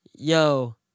Yo